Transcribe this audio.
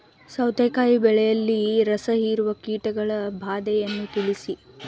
ಸೌತೆಕಾಯಿ ಬೆಳೆಯಲ್ಲಿ ರಸಹೀರುವ ಕೀಟಗಳ ಬಾಧೆಯನ್ನು ತಿಳಿಸಿ?